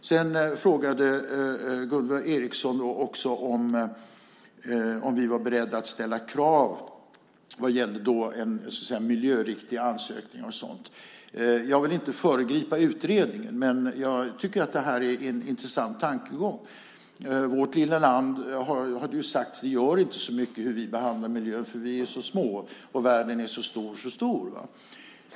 Sedan frågade Gunvor Ericson också om vi var beredda att ställa krav vad gäller en miljöriktig ansökning och sådant. Jag vill inte föregripa utredningen, men jag tycker att det här är en intressant tankegång. Det har ju sagts att det inte gör så mycket hur vi behandlar miljön i vårt lilla land. Sverige är så litet, och världen är så stor, så stor.